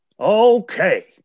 Okay